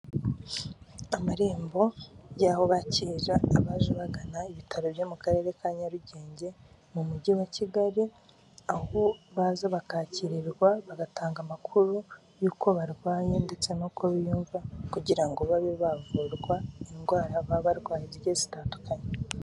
Amarembo y'aho bakirara abaje bagana ibitaro byo mu karere ka Nyarugenge mu mujyi wa Kigali, aho baza bakakirirwa bagatanga amakuru y'uko barwaye ndetse n'uko biyumva, kugirango babe bavurwa indwara baba barwaye zigiye zitandukanye.